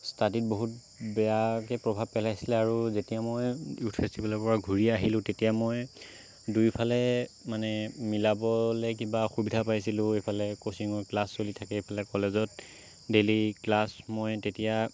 ষ্টাডিত বহুত বেয়াকৈ প্ৰভাৱ পেলাইছিলে আৰু যেতিয়া মই য়ুথ ফেষ্টিভেলৰ পৰা ঘূৰি আহিলো তেতিয়া মই দুয়োফালে মানে মিলাবলে কিবা অসুবিধা পাইছিলো এইফালে ক'ছিঙৰ ক্লাছ চলি থাকে এইফালে কলেজত ডেইলি ক্লাছ মই তেতিয়া